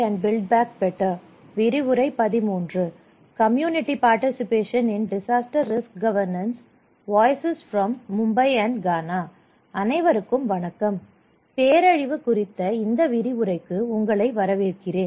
அனைவருக்கும் வணக்கம் பேரறிவு குறித்த இந்த விரிவுரை க்கு உங்களை வரவேற்கிறேன்